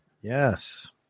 Yes